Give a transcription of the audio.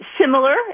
similar